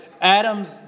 Adam's